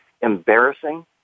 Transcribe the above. embarrassing